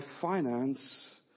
finance